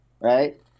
Right